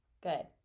good